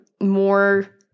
more